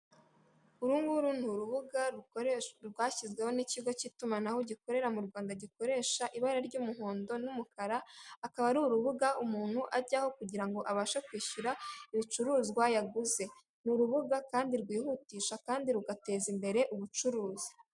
Uru ni urubuga rwashyizweho n'ikigo cy'itumanaho gikorera mu Rwanda, gikoresha ibara ry'umuhondo n'umukara, akaba ari urubuga umuntu ajyaho kugira ngo abashe kwishyura ibicuruzwa yaguze. Ni urubuga kandi rwihutisha kandi rugateza imbere ubucuruzi.